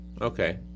Okay